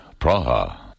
Praha